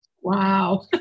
Wow